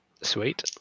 Sweet